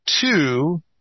two